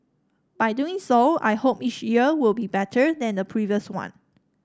by doing so I hope each year will be better than the previous one